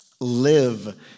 live